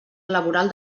laboral